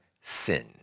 sin